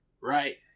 right